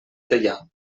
teià